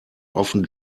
often